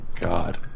god